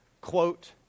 quote